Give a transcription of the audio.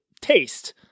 taste